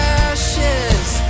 ashes